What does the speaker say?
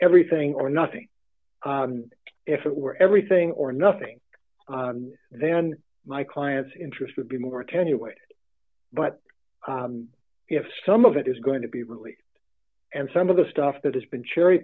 everything or nothing if it were everything or nothing then my client's interest would be more attenuated but if some of it is going to be really and some of the stuff that has been cherry